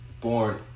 born